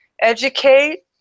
educate